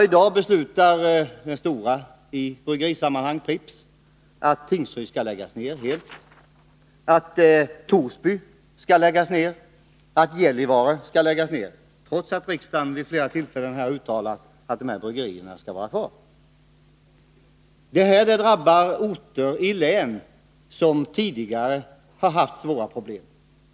I dag beslutar jätten i bryggerisammanhang, Pripps, att bryggerierna i Tingsryd, Torsby och Gällivare skall läggas ned, trots att riksdagen vid flera tillfällen har uttalat att dessa bryggerier skall vara kvar. Åtgärderna drabbar orter i län som tidigare har haft svåra problem.